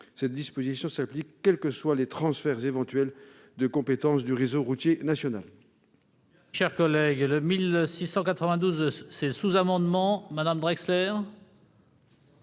Cette disposition s'applique quels que soient les éventuels transferts de compétences du réseau routier national.